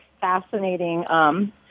fascinating